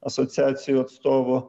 asociacijų atstovų